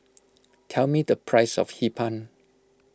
tell me the price of Hee Pan